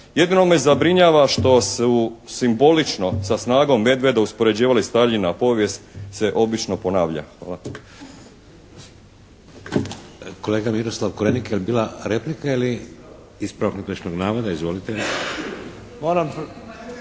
Jedino me zabrinjava što su simbolično sa snagom medvjeda uspoređivali Staljina, povijest se obično ponavlja. Hvala. **Šeks, Vladimir (HDZ)** Kolega Miroslav Korenika, je li bila replika ili? Ispravak netočnog navoda. Izvolite.